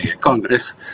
Congress